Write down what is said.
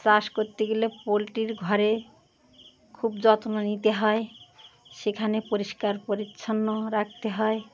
চাষ করতে গেলে পোলট্রির ঘরে খুব যত্ন নিতে হয় সেখানে পরিষ্কার পরিচ্ছন্ন রাখতে হয়